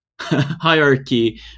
hierarchy